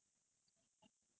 I watch me bollywood